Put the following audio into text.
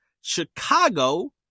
Chicago